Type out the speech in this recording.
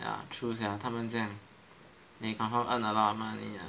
ya true sia 他们这样 they cofirm earn a lot of money [one]